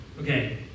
Okay